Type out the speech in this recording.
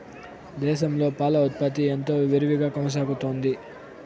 దేశంలో పాల ఉత్పత్తి ఎంతో విరివిగా కొనసాగుతోంది